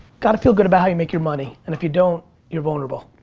gotta feel good about how you make your money, and if you don't you're vulnerable.